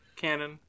canon